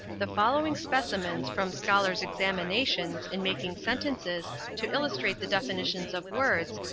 the following specimens from scholars' examinations in making sentences to illustrate the definitions of words,